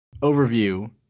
overview